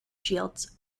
shields